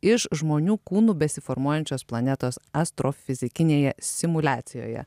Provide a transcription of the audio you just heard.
iš žmonių kūnų besiformuojančios planetos astro fizikinėje simuliacijoje